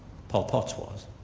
pol pot's was.